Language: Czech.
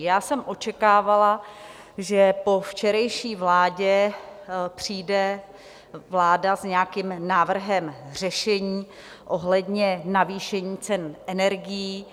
Já jsem očekávala, že po včerejší vládě přijde vláda s nějakým návrhem řešení ohledně navýšení cen energií.